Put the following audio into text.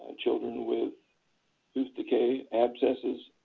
children with tooth decay, abscesses,